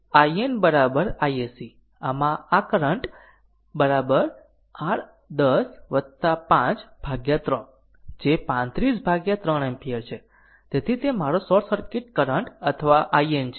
તેથી તેથી તે IN iSC માં આ કરંટ r 10 5 ભાગ્યા 3 જે 35 ભાગ્યા 3 એમ્પીયર છે તેથી તે મારો શોર્ટ સર્કિટ કરંટ અથવા IN છે